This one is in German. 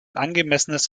angemessenes